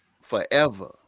forever